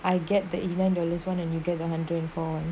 I get the eighty nine dollars one and you get the one hundred and four